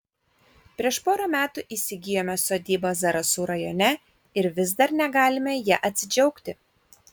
prieš porą metų įsigijome sodybą zarasų rajone ir vis dar negalime ja atsidžiaugti